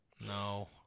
no